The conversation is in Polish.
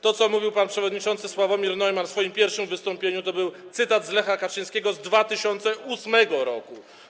To, co mówił pan przewodniczący Sławomir Neumann w swoim pierwszym wystąpieniu, to był cytat z Lecha Kaczyńskiego z 2008 r.